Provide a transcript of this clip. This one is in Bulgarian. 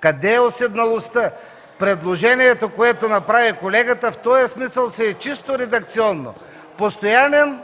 Къде е уседналостта? Предложението, което направи колегата в този смисъл, си е чисто редакционно! Постоянен